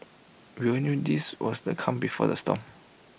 we all knew this was the calm before the storm